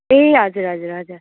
ए हजुर हजुर हजुर